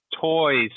toys